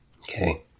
Okay